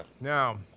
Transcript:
Now